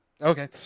Okay